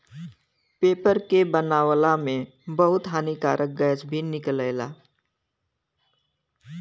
paper के बनावला में बहुते हानिकारक गैस भी निकलेला